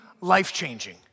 life-changing